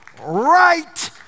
right